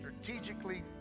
strategically